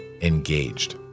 engaged